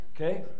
Okay